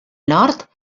nord